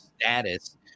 status